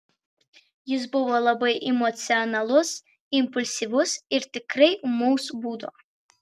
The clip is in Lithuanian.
jis buvo labai emocionalus impulsyvus ir tikrai ūmaus būdo